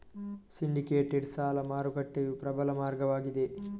syndicated ಸಾಲ ಮಾರುಕಟ್ಟೆಯು ಪ್ರಬಲ ಮಾರ್ಗವಾಗಿದೆ